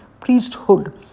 priesthood